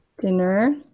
dinner